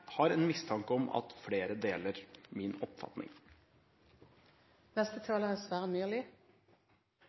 har en mistanke om at flere deler min oppfatning. Jeg har i grunnen ikke noe ønske om å forlenge debatten, men Høyres talspersoner er